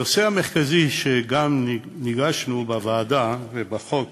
הנושא המרכזי שגם נדרשנו לו בוועדה ובחוק